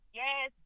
yes